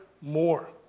more